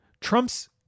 Trump's